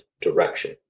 direction